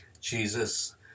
Jesus